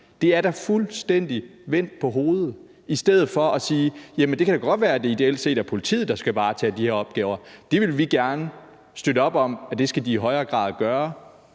Det er da fuldstændig at vende det på hovedet, selv om man siger, at det da godt kan være, at det ideelt set er politiet, der skal varetage de her opgaver, og at man gerne vil støtte op om, at de i højere grad skal